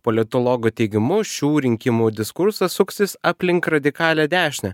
politologų teigimu šių rinkimų diskursas suksis aplink radikalią dešinę